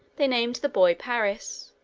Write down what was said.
they named the boy paris.